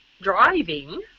driving